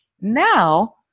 Now